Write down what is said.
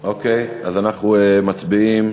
אז אנחנו מצביעים